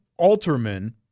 Alterman